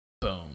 boom